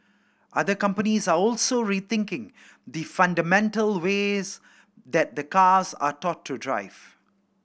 other companies are also rethinking the fundamental ways that cars are taught to drive